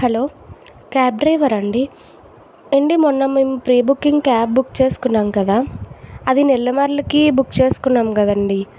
hello cab డ్రైవరా అండి ఏవండి మొన్న మేము ఫ్రీ బుకింగ్ క్యాబ్ బుక్ చేసుకున్నాం కదా అది నెల్లమర్లకి బుక్ చేసుకున్నాం కదా అండి